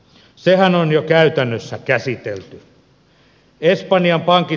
sehän on jo käytännössä käsitelty